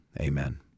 Amen